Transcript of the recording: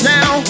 Now